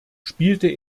spielte